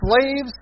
slaves